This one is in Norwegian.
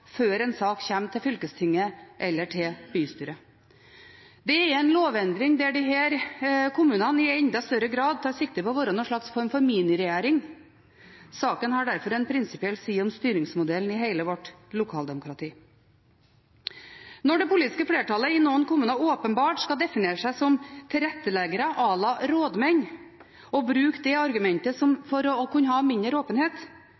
før en sak kommer til fylkestinget eller til bystyret. Det er en lovendring der disse kommunene i enda større grad tar sikte på å være en slags form for miniregjering. Saken har derfor en prinsipiell side om styringsmodellen i hele vårt lokaldemokrati. Når det politiske flertallet i noen kommuner åpenbart skal definere seg som tilretteleggere à la rådmenn, og bruke det argumentet for å kunne ha mindre åpenhet,